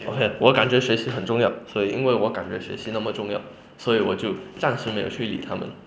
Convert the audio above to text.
okay 我感觉学习很重要所以我感觉学习那么重要所以我就暂时没有去理他们